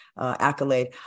accolade